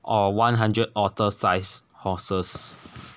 or one hundred otter sized horses